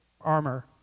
armor